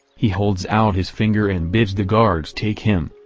he holds out his finger and bids the guards take him.